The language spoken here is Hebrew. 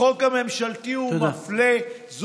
החוק הממשלתי הוא מפלה.